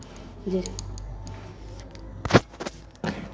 जे